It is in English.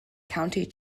county